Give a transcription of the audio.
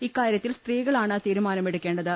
ഇക്കാര്യത്തിൽ സ്ത്രീകളാണ് തീരുമാനം എടുക്കേണ്ടത്